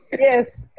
Yes